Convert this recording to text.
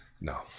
no